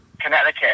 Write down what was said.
Connecticut